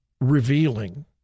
revealing